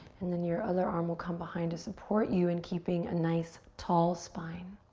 and then your other arm will come behind to support you in keeping a nice tall spine.